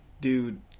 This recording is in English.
Dude